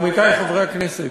עמיתי חברי הכנסת,